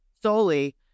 solely